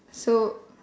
so